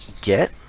Get